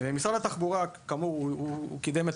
משרד התחבורה כאמור קידם את